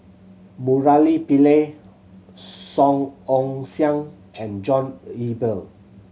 Murali Pillai Song Ong Siang and John Eber